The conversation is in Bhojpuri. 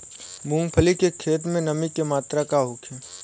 मूँगफली के खेत में नमी के मात्रा का होखे?